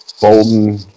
Bolden